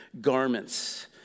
garments